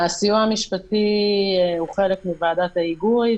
הסיוע המשפטי הוא חלק מוועדת ההיגוי,